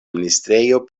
ministrejo